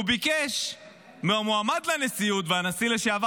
הוא ביקש מהמועמד לנשיאות והנשיא לשעבר